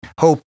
hope